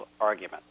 argument